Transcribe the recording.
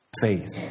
faith